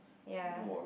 ya